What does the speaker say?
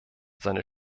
seine